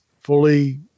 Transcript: fully